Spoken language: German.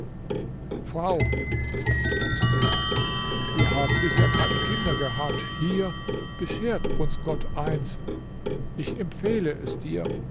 frau sagte er zu ihr wir haben bisher keine kinder gehabt hier beschert uns gott eins ich empfehle es dir